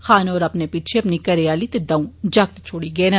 खान होर अपने पिच्छे अपनी घरे आली ते द'ऊं जागत छोड़ी गे न